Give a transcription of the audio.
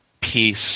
peace